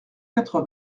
quatre